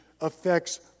affects